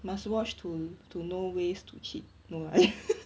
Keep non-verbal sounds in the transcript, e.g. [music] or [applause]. must watch to to know ways to cheat no lah [laughs]